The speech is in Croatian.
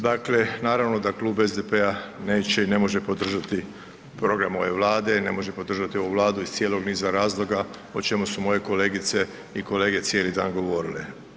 Dakle, naravno da klub SDP-a neće i ne može podržati program ove Vlade i ne može podržati ovu Vladu iz cijelog niza razloga o čemu su moje kolegice i kolege cijeli dan govorile.